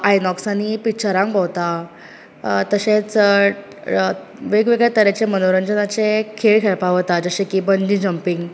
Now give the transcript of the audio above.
आयनॉक्सांनी पिच्चरांक भोवता तशेंच वेग वेगळ्या तरेचे मनोरंजनाचे खेळ खेळपा वता जशे की बंजी जंपींग